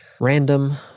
Random